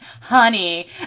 honey